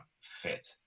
fit